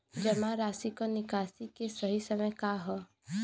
जमा राशि क निकासी के सही समय का ह?